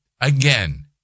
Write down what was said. again